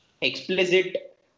explicit